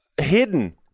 hidden